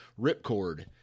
Ripcord